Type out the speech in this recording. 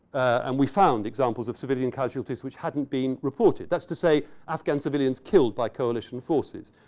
and we found examples of civilian causalities which hadn't been reported. that's to say, afghan civilians killed by coalition forces.